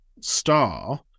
star